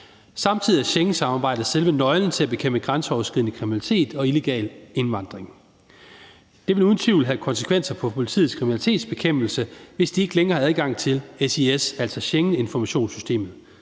Samtidig er Schengensamarbejdet selve nøglen til at bekæmpe grænseoverskridende kriminalitet og illegal indvandring. Det vil uden tvivl have konsekvenser for politiets kriminalitetsbekæmpelse, hvis de ikke længere har adgang til SIS, altså Schengeninformationssystemet.